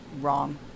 Wrong